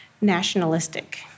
nationalistic